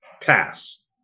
Pass